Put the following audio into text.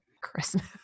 Christmas